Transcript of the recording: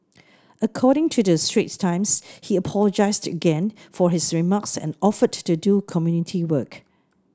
according to the Straits Times he apologised again for his remarks and offered to do community work